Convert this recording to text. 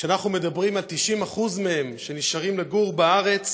כשאנחנו מדברים על 90% מהם שנשארים לגור בארץ